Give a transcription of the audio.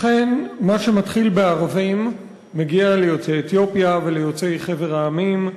אכן מה שמתחיל בערבים מגיע ליוצאי אתיופיה וליוצאי חבר המדינות,